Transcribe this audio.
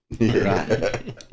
Right